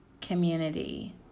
community